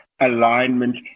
alignment